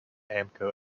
amco